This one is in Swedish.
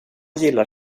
gillar